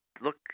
look